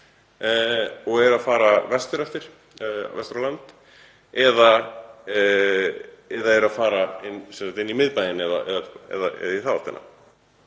og er að fara vestur eftir, vestur á land, eða er að fara í miðbæinn eða í þá áttina.